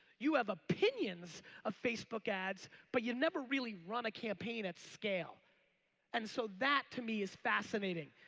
you have opinions of facebook ads but you never really run a campaign at scale and so that to me is fascinating.